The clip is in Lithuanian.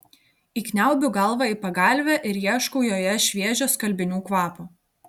įkniaubiu galvą į pagalvę ir ieškau joje šviežio skalbinių kvapo